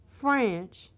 French